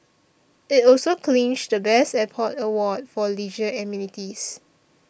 it also clinched the best airport award for leisure amenities